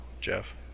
jeff